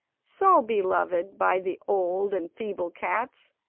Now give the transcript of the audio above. so beloved by the old and feeble cats,